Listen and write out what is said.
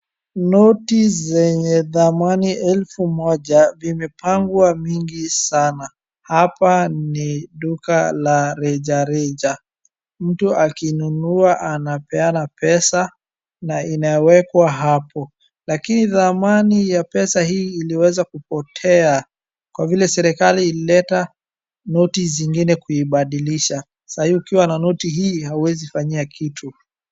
Noti zenye thamani 1,000 zimepangwa nyingi sana. Hapa ni duka la reja reja. Mtu akinunua anapeana pesa na inawekwa hapo, lakini thamani ya pesa hii iliweza kupotea kwa vile serikali ilileta noti zingine kuibadilisha. Saa hii ukiwa na noti hii hauwezi fanyia kitu.